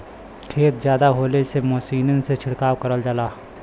खेत जादा होले से मसीनी से छिड़काव करल जाला